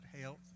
health